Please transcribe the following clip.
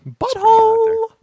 Butthole